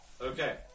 Okay